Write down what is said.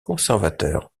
conservateur